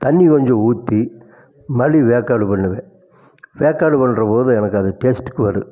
தண்ணி கொஞ்சம் ஊற்றி மறுபடி வேக்காடு பண்ணுவேன் வேக்காடு பண்ணுறபோது எனக்கு அது டேஸ்டுக்கு வரும்